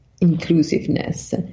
inclusiveness